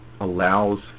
allows